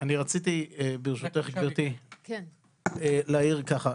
אני רציתי ברשותך גברתי להעיר ככה.